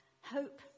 Hope